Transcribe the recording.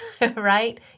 right